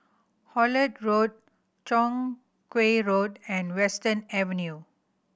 Holt Road Chong Kuo Road and Western Avenue